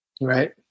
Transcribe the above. Right